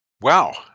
Wow